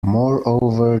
moreover